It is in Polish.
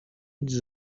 idź